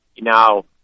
now